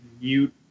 mute